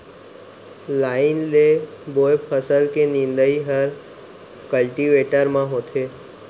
line ले बोए फसल के निंदई हर कल्टीवेटर म होथे